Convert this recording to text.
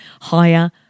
higher